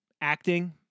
Acting